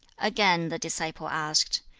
again the disciple asked,